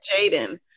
Jaden